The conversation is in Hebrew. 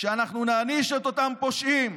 כשאנחנו נעניש את אותם פושעים,